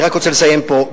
אני רק רוצה לסיים פה,